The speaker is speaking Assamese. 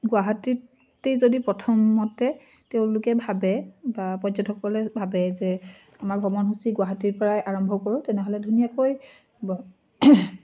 গুৱাহাটীতেই যদি প্ৰথমতে তেওঁলোকে ভাবে বা পৰ্যটকে ভাবে যে আমাৰ ভ্ৰমণসূচী গুৱাহাটীৰ পৰাই আৰম্ভ কৰোঁ তেনেহ'লে ধুনীয়াকৈ